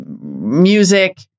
music